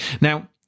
Now